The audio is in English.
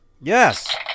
Yes